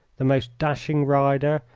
the most dashing rider,